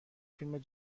فیلم